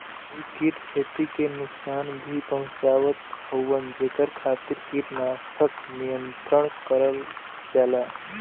कई कीट खेती के नुकसान भी पहुंचावत हउवन जेकरे खातिर कीटनाशक नियंत्रण करल जाला